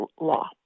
law